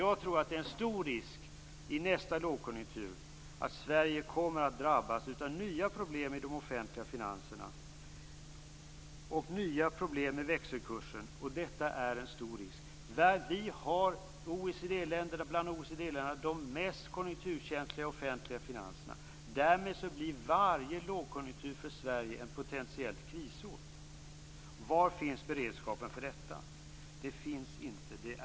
Jag tror att det finns en stor risk att Sverige i nästa lågkonjunktur kommer att drabbas av nya problem i de offentliga finanserna och nya problem med växelkursen. Detta är en stor risk. Sverige har de bland OECD-länderna mest konjunkturkänsliga offentliga finanserna. Därmed blir varje lågkonjunktur för Sverige ett potentiellt krisår. Var finns beredskapen för detta? Den finns inte.